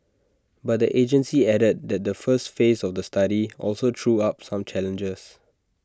but the agency added that the first phase of the study also threw up some challenges